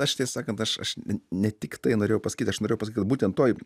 aš tie sakant aš aš ne tiktai norėjau pasakyt aš norėjau pasakyt kad būtent toj